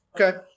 Okay